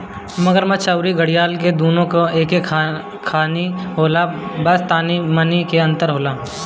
मगरमच्छ अउरी घड़ियाल दूनो एके खानी होला बस तनी मनी के अंतर होला